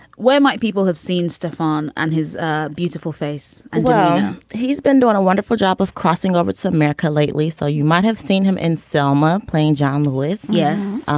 where might people have seen stephane and his beautiful face and well he's been doing a wonderful job of crossing over its america lately so you might have seen him in selma playing john lewis. yes